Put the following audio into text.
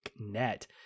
net